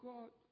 God